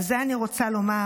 על זה אני רוצה לומר: